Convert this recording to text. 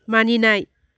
मानिनाय